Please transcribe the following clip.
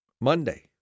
Monday